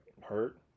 Hurt